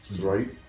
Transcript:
Right